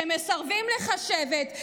שמסרב לחשבת,